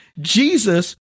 Jesus